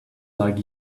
like